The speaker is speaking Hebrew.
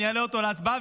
אני אעלה אותו להצבעה,